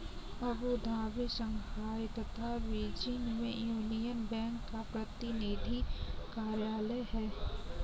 Abu Dhabi, Shanghai तथा Beijing में यूनियन बैंक का प्रतिनिधि कार्यालय है?